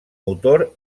motor